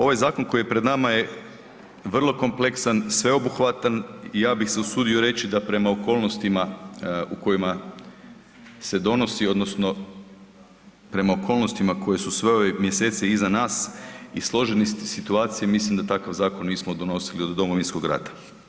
Ovaj zakon koji je pred nama je vrlo kompleksan, sveobuhvatan i ja bih se usudio reći, da prema okolnostima u kojima se donosi odnosno prema okolnostima koji su sve ove mjeseci iza nas i složenosti situacije, mislim da takav zakon nismo donosili od Domovinskog rata.